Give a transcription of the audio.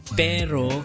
pero